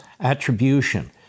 attribution